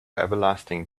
everlasting